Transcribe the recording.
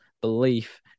belief